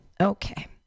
Okay